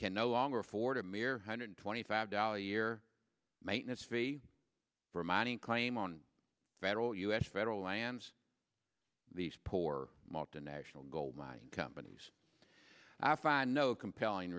can no longer afford a mere hundred twenty five dollars a year maintenance fee for a mining claim on federal us federal lands these poor multinational gold mining companies i find no compelling